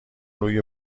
روی